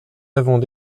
avons